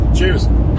Cheers